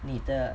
你的